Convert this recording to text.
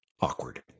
awkward